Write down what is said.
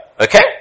Okay